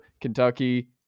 Kentucky